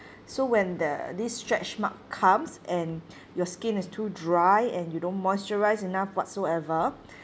so when the this stretch mark comes and your skin is too dry and you don't moisturise enough whatsoever